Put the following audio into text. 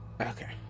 Okay